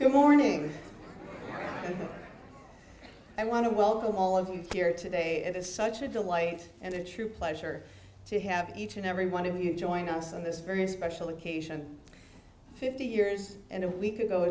good morning and i want to welcome all of you here today it is such a delight and a true pleasure to have each and every one of you join us on this very special occasion fifty years and a week ago